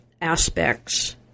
aspects